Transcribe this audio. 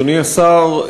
אדוני השר,